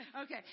Okay